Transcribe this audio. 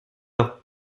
leurs